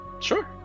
Sure